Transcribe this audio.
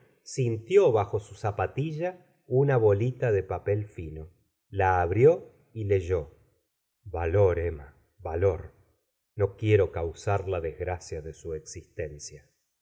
sintió b jo su zapatilla una bolita de papel fino l a abrió y leyó c valor em ma valor no quiero causar la desgracia de su existencia